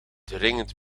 dringend